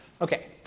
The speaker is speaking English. Okay